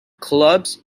clubs